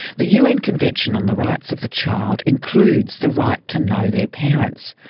the un convention on the rights of the child includes the right to know their parents,